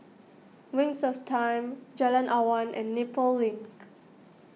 Wings of Time Jalan Awan and Nepal Link